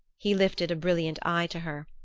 he lifted a brilliant eye to her.